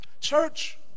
Church